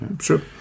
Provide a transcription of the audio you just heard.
Sure